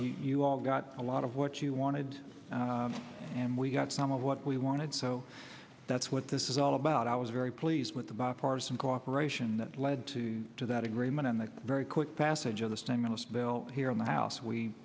you all got a lot of what you wanted and we got some of what we wanted so that's what this is all about i was very pleased with the bipartisan cooperation that led to to that agreement on the very quick passage of the stimulus bill here in the house we